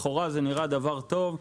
לכאורה זה נראה דבר טוב,